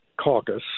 caucus